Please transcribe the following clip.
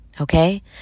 Okay